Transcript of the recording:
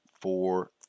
four